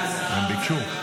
הם ביקשו.